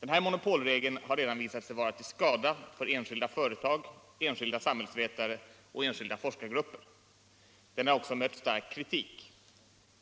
Den här monopolregeln har redan visat sig vara till skada för enskilda företag, enskilda samhällsvetare och enskilda forskargrupper. Den har också mött stark kritik.